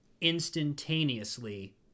instantaneously